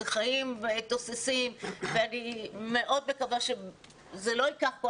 אלה חיים תוססים ואני מאוד מקווה שזה לא ייקח כל